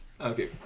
Okay